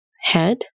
head